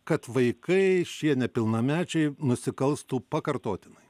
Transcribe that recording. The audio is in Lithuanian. kad vaikai šie nepilnamečiai nusikalstų pakartotinai